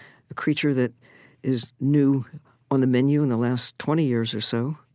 a creature that is new on the menu in the last twenty years or so,